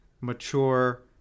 mature